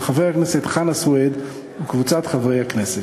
של חבר הכנסת חנא סוייד וקבוצת חברי הכנסת.